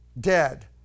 dead